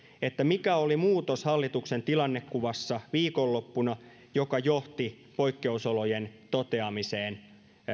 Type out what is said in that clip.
mikä oli se muutos hallituksen tilannekuvassa viikonloppuna joka johti poikkeusolojen toteamiseen